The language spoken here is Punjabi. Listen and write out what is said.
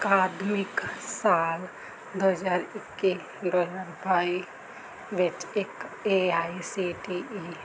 ਅਕਾਦਮਿਕ ਸਾਲ ਦੋ ਹਜ਼ਾਰ ਇੱਕੀ ਦੋ ਹਜ਼ਾਰ ਬਾਈ ਵਿੱਚ ਇੱਕ A I C T E